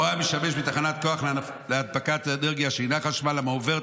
או המשמש בתחנת כוח להנפקת אנרגיה שאינה חשמל המועברת